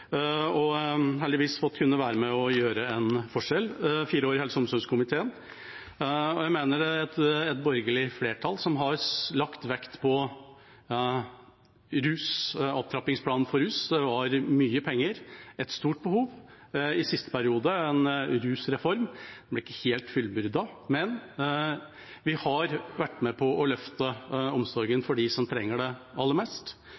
og heldigvis fått være med og gjøre en forskjell. Jeg har hatt fire år i helse- og omsorgskomiteen. Jeg mener det er et borgerlig flertall som har lagt vekt på rus, på en opptrappingsplan for rus. Det var mye penger og et stort behov. I siste periode kom en rusreform. Den ble ikke helt fullbyrdet, men vi har vært med på å løfte omsorgen for dem som trenger det aller mest.